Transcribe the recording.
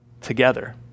together